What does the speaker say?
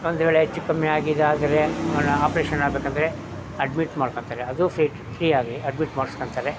ಒಂದ್ವೇಳೆ ಹೆಚ್ಚು ಕಮ್ಮಿ ಆಗಿದ್ದಾದ್ರೆ ಅವನ ಆಪ್ರೇಷನ್ ಆಗಬೇಕಂದ್ರೆ ಅಡ್ಮಿಟ್ ಮಾಡ್ಕೊಳ್ತಾರೆ ಅದು ಫ್ರೀಯಾಗಿ ಅಡ್ಮಿಟ್ ಮಾಡ್ಸ್ಕೊಳ್ತಾರೆ